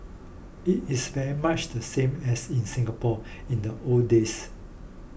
it is very much the same as in Singapore in the old days